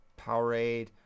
Powerade